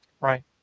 Right